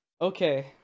okay